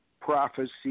prophecy